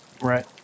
Right